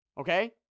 okay